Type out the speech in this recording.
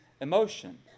emotion